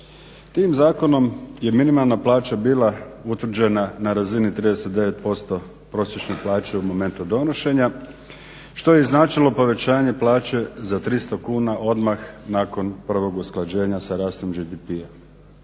Tim zakonom je minimalna plaća bila utvrđena na razini 39% prosječne plaće u momentu donošenja što je i značilo povećanje plaće za 300 kuna odmah nakon usklađenja sa rastom GDP-a.